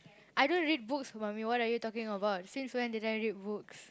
I don't read books mummy what are you talking about since when did I read books